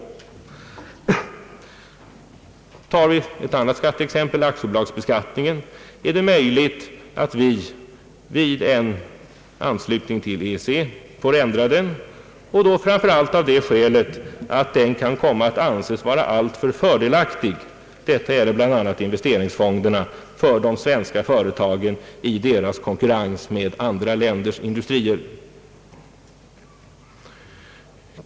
Det är möjligt att vi får ändra t.ex. aktiebolagsbeskattningen vid en anslutning till EEC, framför allt av det skälet att den kan komma att anses alltför fördelaktig — detta gäller bl.a. investe ringsfonderna — för de svenska företagen i deras konkurrens med andra länders industrier.